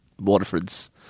Waterford's